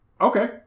Okay